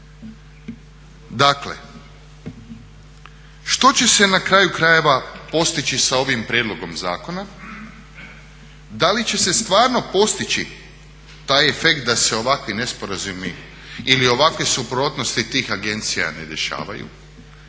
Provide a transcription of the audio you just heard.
Dakle, što će se na kraju krajeva postići sa ovim prijedlogom zakona? Da li će se stvarno postići taj efekt da se ovakvi nesporazumi ili ovakve suprotnosti tih agencija ne dešavaju.